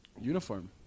uniform